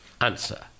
answer